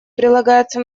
прилагается